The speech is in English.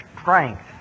strength